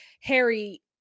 Harry